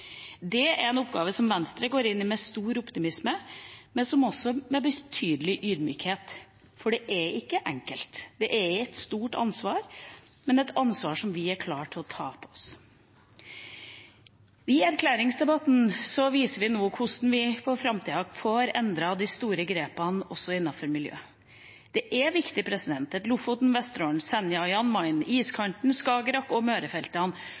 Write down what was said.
Det er en oppgave Venstre går inn i med stor optimisme, men også med betydelig ydmykhet. For det er ikke enkelt. Det er et stort ansvar, men et ansvar vi er klar til å ta på oss. I erklæringsdebatten viser vi nå hvordan vi for framtida får endret de store grepene også innenfor miljø. Det er viktig at Lofoten, Vesterålen, Senja, Jan Mayen, iskanten, Skagerrak og Mørefeltene